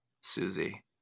Susie